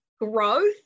growth